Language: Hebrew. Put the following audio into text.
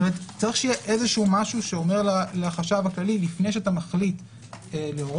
כלומר צריך שיהיה משהו שאומר לחשכ"ל: לפני שאתה מחליט לציין,